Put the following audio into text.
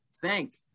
thank